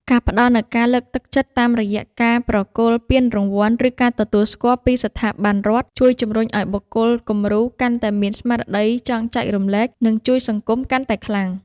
ការផ្ដល់នូវការលើកទឹកចិត្តតាមរយៈការប្រគល់ពានរង្វាន់ ឬការទទួលស្គាល់ពីស្ថាប័នរដ្ឋ ជួយជំរុញឱ្យបុគ្គលគំរូកាន់តែមានស្មារតីចង់ចែករំលែក និងជួយសង្គមកាន់តែខ្លាំង។